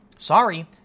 sorry